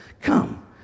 Come